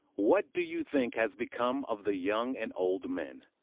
what do you think has become of the young and old men?